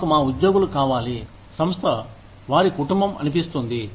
మాకు మా ఉద్యోగులు కావాలి సంస్థ వారి కుటుంబం అనిపిస్తుంది